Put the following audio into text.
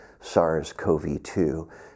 SARS-CoV-2